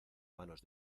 manos